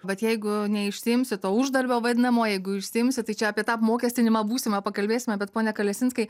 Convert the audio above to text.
bet jeigu neišsiimsi to uždarbio vadinamojo išsiimsi tai čia apie tą apmokestinimą būsimą pakalbėsime bet pone kalesinskai